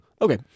Okay